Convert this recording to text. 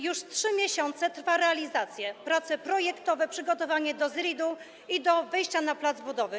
Już 3 miesiące trwają realizacja, prace projektowe i przygotowanie do ZRID-u, do wejścia na plac budowy.